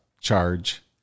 charge